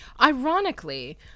ironically